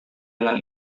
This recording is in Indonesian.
dengan